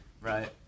right